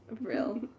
real